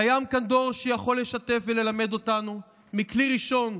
קיים כאן דור שיכול לשתף וללמד אותנו מכלי ראשון,